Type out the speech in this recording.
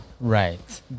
Right